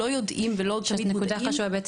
לא יודעים --- זו נקודה חשובה.